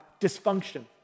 dysfunction